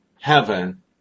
heaven